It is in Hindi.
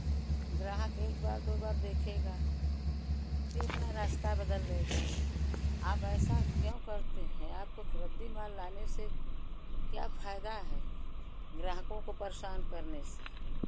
ग्राहक एक बार दो बार देखेगा फिर अपना रास्ता बदल देगा आप ऐसा क्यों करते हैं आप रद्दी माल लाने से क्या फायदा है ग्राहकों को परेशान करने से